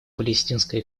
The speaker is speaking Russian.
палестинской